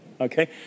okay